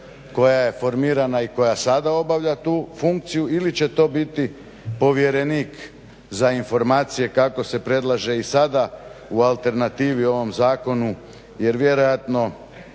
koja je formirana i koja sada obavlja tu funkciju ili će to biti povjerenik za informacije kako se predlaže i sada u alternativi u ovom zakonu. Jer vjerojatno